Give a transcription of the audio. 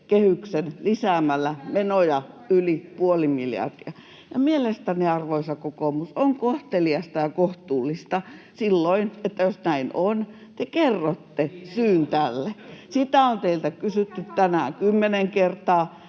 kehyksen lisäämällä menoja yli puoli miljardia. Mielestäni, arvoisa kokoomus, on kohteliasta ja kohtuullista, että jos näin on, te silloin kerrotte [Timo Heinonen: Niin ei ole!] syyn tälle. Sitä on teiltä kysytty tänään kymmenen kertaa,